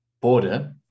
Border